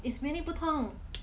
is mainly 不痛